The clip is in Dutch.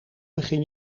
begin